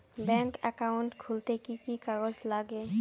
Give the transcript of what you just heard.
Bank account খুলতে কি কি কাগজ লাগে?